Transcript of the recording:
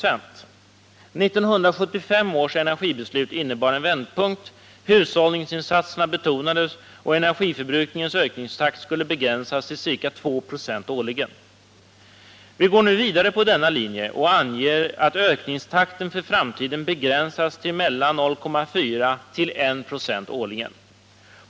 1975 års energibeslut innebar en vändpunkt: hushållningsinsatserna betonades, och energiförbrukningens ökningstakt skulle begränsas tillca 2 96 årligen. Vi går nu vidare på denna linje och anger att ökningstakten för framtiden begränsas till mellan ca 0,4 och 1,0 96 årligen.